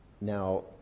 Now